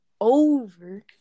over